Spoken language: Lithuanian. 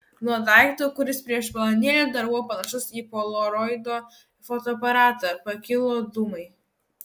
nuo daikto kuris prieš valandėlę dar buvo panašus į polaroido fotoaparatą pakilo dūmai